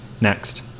Next